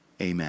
amen